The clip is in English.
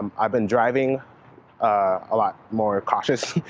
i've been driving a lot more. cautious.